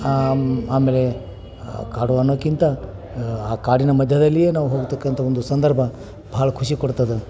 ಅಮೇಲೆ ಕಾಡು ಅನ್ನೋದ್ಕಿಂತ ಆ ಕಾಡಿನ ಮಧ್ಯದಲ್ಲಿಯೇ ನಾವು ಹೋಗತಕ್ಕಂಥ ಒಂದು ಸಂದರ್ಭ ಭಾಳ ಖುಷಿ ಕೊಡ್ತದೆ